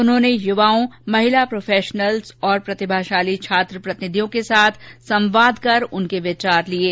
उन्होंने युवाओं महिला प्रोफेशनल्स और प्रतिभाशाली छात्र प्रतिनिधियों के साथ संवाद कर उनके विचार लिये